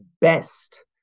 best